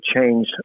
change